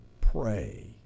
Pray